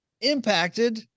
impacted